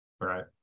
Right